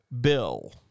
Bill